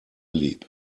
lieb